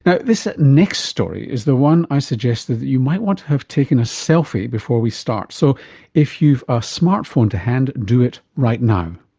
but this ah next story is the one i suggested that you might want to have taken a selfie before we start. so if you've a smart phone to hand, do it right now.